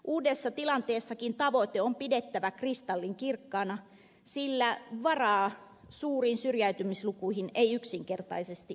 uudessa tilanteessakin tavoite on pidettävä kristallinkirkkaana sillä varaa suuriin syrjäytymislukuihin ei yksinkertaisesti meillä ole